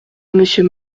monsieur